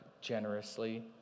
generously